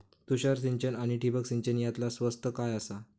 तुषार सिंचन आनी ठिबक सिंचन यातला स्वस्त काय आसा?